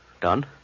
Done